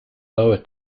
lower